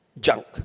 Junk